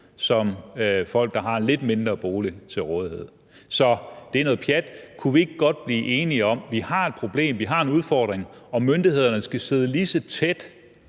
som folk, der har en lidt mindre bolig til rådighed. Så det er noget pjat. Kunne vi ikke godt blive enige om, at vi har et problem, at vi har en udfordring, og at myndighederne skal følge de